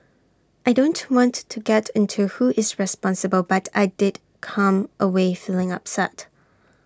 I don't want to get into who is responsible but I did come away feeling upset